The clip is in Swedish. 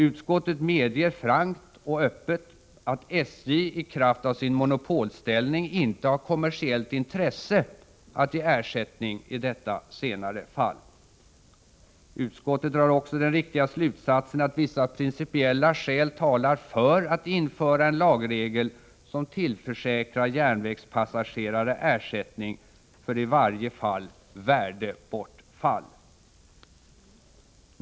Utskottet medger frankt att SJ i kraft av sin monopolställning inte har kommersiellt intresse att ge ersättning i detta senare fall. Utskottet drar också den riktiga slutsatsen att vissa principiella skäl talar för att man inför en lagregel som tillförsäkrar järnvägspassagerare ersättning för i varje fall värdebortfall.